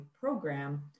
program